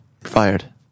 Fired